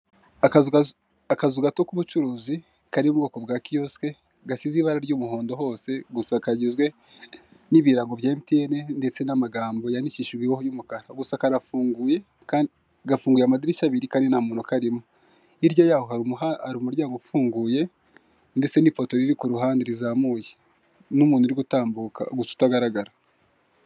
Akazu gato k'ubucuruzi kari mu bwoko bwa kiyosike gasize ibara ry'umuhondo hose gusa kagizwe n'ibirango bya MTN ndetse n'amagambo yanikishijweho y'umukara, gusa karafunguye, gafunguye amadirishya abiri kandi nta muntu ukarimo, hirya yaho hari umuryango ufunguye ndetse n'ipoto riri ku ruhande rizamuye, n'umuntu uri gutambuka gusa utagaragara.